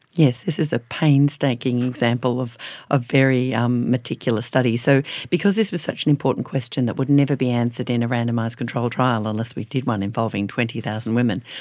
yes, this is a painstaking example of a very um meticulous study. so because this was such an important question that would never be answered in a randomised control trial unless we did one involving twenty thousand women,